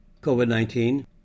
COVID-19